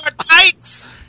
tights